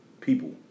people